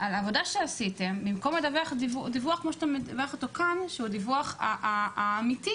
על עבודה שעשיתם במקום הדיווח כאן שהוא הדיווח האמיתי,